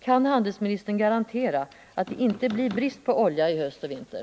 Kan handelsministern garantera att det inte blir brist på olja i höst och vinter?